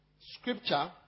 scripture